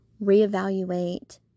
reevaluate